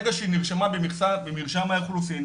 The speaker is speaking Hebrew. ברגע שהיא נרשמה במרשם האוכלוסין,